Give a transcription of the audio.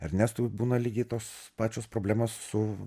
ernestui būna lygiai tos pačios problemos su